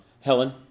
Helen